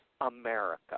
America